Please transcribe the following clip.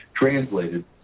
translated